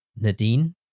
Nadine